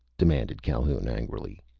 demanded calhoun angrily.